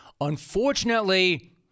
Unfortunately